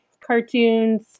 cartoons